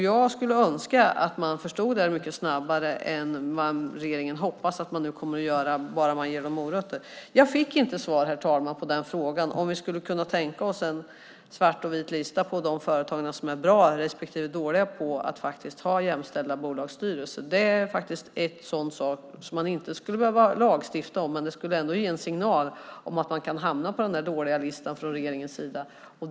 Jag skulle önska att de förstod detta mycket snabbare än vad regeringen hoppas att de kommer att göra bara man ger dem morötter. Jag fick inte svar på frågan om vi kan tänka oss en svart och vit lista över de företag som är bra och de som är dåliga på att ha jämställda bolagsstyrelser. Det är en sak som man inte behöver lagstifta om, men som ändå skulle ge en signal om att man kan hamna på den dåliga listan.